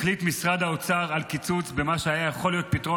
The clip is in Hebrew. החליט משרד האוצר על קיצוץ במה שהיה יכול להיות פתרון